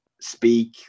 speak